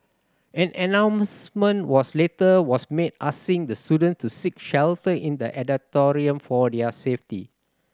an announcement was later was made asking the students to seek shelter in the auditorium for their safety